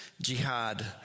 Jihad